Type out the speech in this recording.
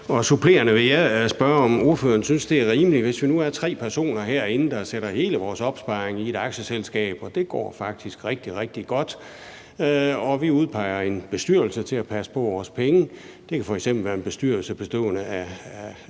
Supplerende vil jeg spørge om noget andet. Lad os sige, at vi er tre personer herinde, der sætter hele vores opsparing i et aktieselskab, og at det faktisk går rigtig, rigtig godt, og at vi udpeger en bestyrelse til at passe på vores penge – det kan f.eks. være en bestyrelse bestående af